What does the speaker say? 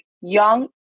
Young